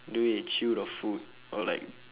the way they chew the food or like